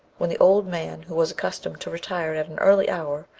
when the old man, who was accustomed to retire at an early hour,